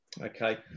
okay